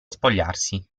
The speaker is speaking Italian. spogliarsi